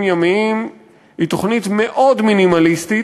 ימיים היא תוכנית מאוד מינימליסטית,